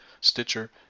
Stitcher